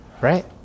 Right